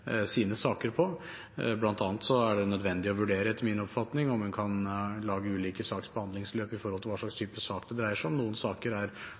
sine saker på. Blant annet er det etter min oppfatning nødvendig å vurdere om en kan lage ulike saksbehandlingsløp ut fra hva slags type sak det dreier seg om. Noen saker er